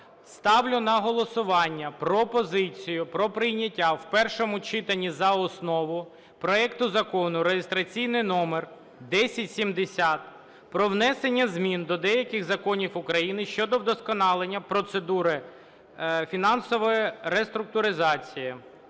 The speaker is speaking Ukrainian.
Ставлю на голосування пропозицію про прийняття в першому читанні за основу проекту Закону (реєстраційний номер 1070) про внесення змін до деяких законів України щодо вдосконалення процедури фінансової реструктуризації…